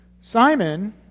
Simon